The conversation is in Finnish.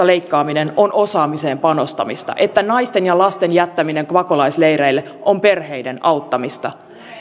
leikkaaminen on osaamiseen panostamista että naisten ja lasten jättäminen pakolaisleireille on perheiden auttamista